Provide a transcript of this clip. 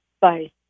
Bye